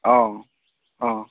অঁ অঁ